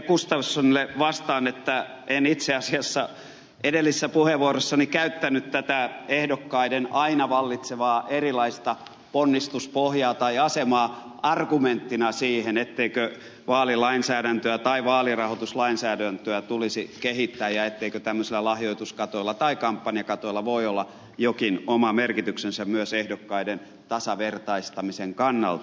gustafssonille vastaan että en itse asiassa edellisessä puheenvuorossani käyttänyt tätä ehdokkaiden aina vallitsevaa erilaista ponnistuspohjaa tai asemaa argumenttina siihen etteikö vaalilainsäädäntöä tai vaalirahoituslainsäädäntöä tulisi kehittää ja etteikö tämmöisillä lahjoituskatoilla tai kampanjakatoilla voi olla jokin oma merkityksensä myös ehdokkaiden tasavertaistamisen kannalta